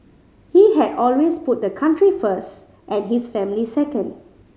he had always put the country first and his family second